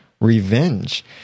revenge